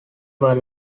were